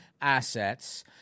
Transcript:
assets